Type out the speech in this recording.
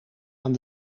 aan